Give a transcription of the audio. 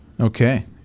Okay